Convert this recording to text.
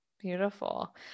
Beautiful